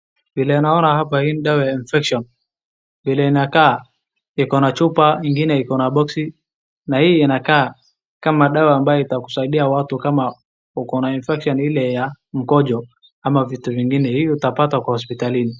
Vile naona hapa hii ni dawa ya infection vile inakaa. Iko na chupa, ingine iko na boksi. Na hii inakaa kama dawa ambaye itakusaidia watu kama uko na infection ile ya mkojo ama vitu vingine. Hii utapata kwa hospitalini.